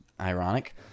ironic